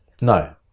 No